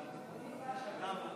למה?